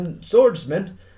swordsman